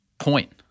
point